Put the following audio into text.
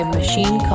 Machine